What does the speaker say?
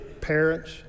parents